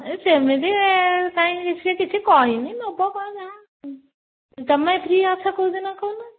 ଏ ସେମିତି କାହିଁକି ସେ କିଛି କହିନି ନେବ କ'ଣ ଯାହା ତୁମେ ଫ୍ରି ଅଛ କେଉଁ ଦିନ କହୁନ